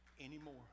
anymore